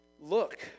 look